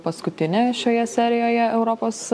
paskutinė šioje serijoje europos